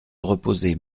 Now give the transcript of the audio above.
reposer